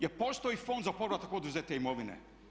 Je li postoji fond za povratak oduzete imovine?